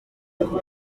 ako